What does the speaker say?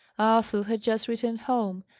arthur had just returned home.